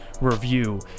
review